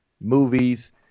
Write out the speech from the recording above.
movies